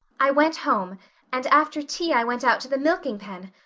i went home and after tea i went out to the milking pen.